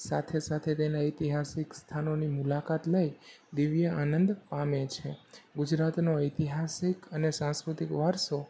સાથે સાથે તેના ઐતિહાસિક સ્થાનોની મુલાકાત લઈ દિવ્ય આનંદ પામે છે ગુજરાતનો ઐતિહાસિક અને સાંસ્કૃતિક વારસો